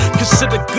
consider